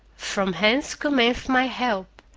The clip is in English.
from whence cometh my help,